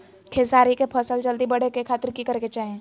खेसारी के फसल जल्दी बड़े के खातिर की करे के चाही?